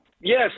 Yes